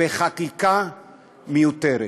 בחקיקה מיותרת,